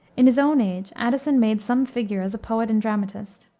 in his own age addison made some figure as a poet and dramatist.